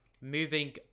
Moving